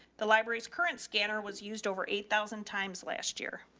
the library's current scanner was used over eight thousand times last year.